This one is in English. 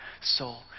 soul